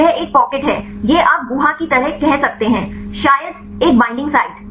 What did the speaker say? तो यह एक पॉकेट है यह आप गुहा की तरह कह सकते हैं शायद एक बईंडिंग साइट